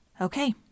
okay